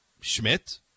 Schmidt